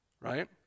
right